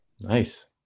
Nice